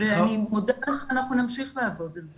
ואני מודיעה לך שאנחנו נמשיך לעבוד על זה.